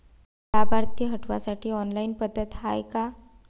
लाभार्थी हटवासाठी ऑनलाईन पद्धत हाय का?